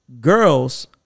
girls